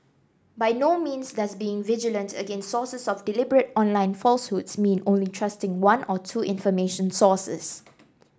by no means does being vigilant against sources of deliberate online falsehoods mean only trusting one or two information sources